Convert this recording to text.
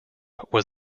was